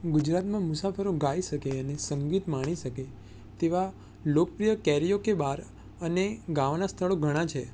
ગુજરાતમાં મુસાફરો ગાઈ શકે અને સંગીત માણી શકે તેવા લોકપ્રિય કેરીઓકે બાર અને ગાવાનાં સ્થળો ઘણાં છે